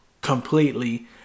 completely